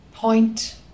Point